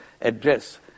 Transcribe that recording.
address